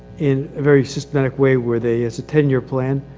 in a very systematic way where they. it's a ten-year plan.